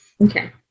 Okay